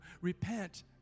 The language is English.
Repent